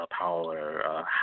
power